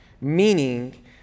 meaning